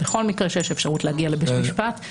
בכל מקרה שיש אפשרות להגיע לבית המשפט,